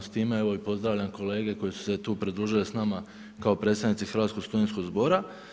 S time evo i pozdravljam kolege koje su se pridružile tu s nama kao predstavnici Hrvatskog studentskog zbora.